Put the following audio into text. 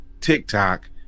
TikTok